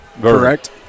correct